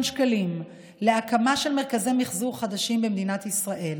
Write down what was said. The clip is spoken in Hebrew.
שקלים בהקמה של מרכזי מחזור חדשים במדינת ישראל.